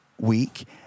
Week